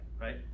Right